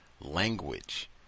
language